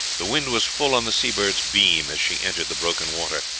the wind was full on the seabird's beam as she entered the broken water.